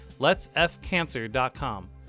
letsfcancer.com